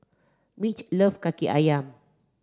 Mitch love Kaki Ayam